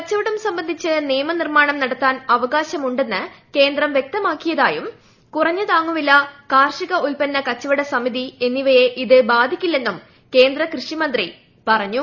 കച്ചവടം സംബന്ധിച്ച് നിയമ നിർമ്മാണം നടത്താൻ അവകാശമുണ്ടെന്ന് കേന്ദ്രം വൃക്തമാക്കിയതായും കുറഞ്ഞ താങ്ങുവില കാർഷിക ഉത്പന്ന കച്ചവട സമിതി എന്നിവയെ ഇത് ബാധിക്കില്ലെന്നും കേന്ദ്ര കൃഷി മന്ത്രി പറഞ്ഞു